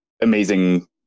amazing